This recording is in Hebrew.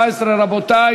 הכבוד,